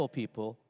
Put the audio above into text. people